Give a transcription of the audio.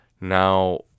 Now